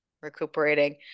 recuperating